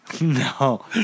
no